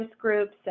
groups